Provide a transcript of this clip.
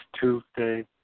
Tuesday